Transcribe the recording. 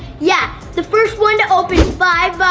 yeah, the first one to open five